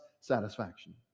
satisfaction